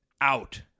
out